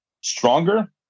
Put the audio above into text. stronger